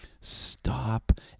Stop